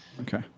Okay